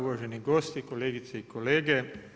Uvaženi gosti, kolegice i kolege.